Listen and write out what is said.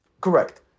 Correct